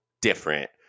different